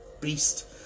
beast